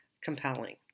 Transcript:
compelling